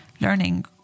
learning